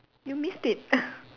you missed it